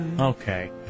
Okay